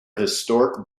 historic